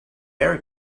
berry